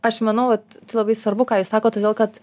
aš manau vat labai svarbu ką jūs sakot todėl kad